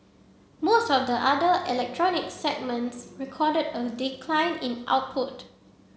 most of the other electronic segments recorded a decline in output